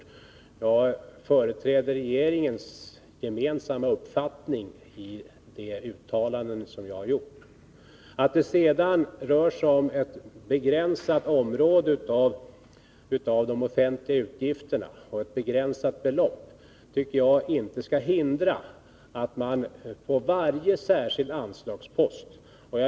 I mina uttalanden företräder jag regeringens gemensamma uppfattning. Att det sedan rör sig om ett begränsat område av de offentliga utgifterna och ett begränsat belopp tycker jag inte skall hindra att man sparar på varje särskild anslagspost.